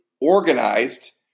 organized